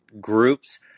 groups